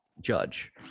judge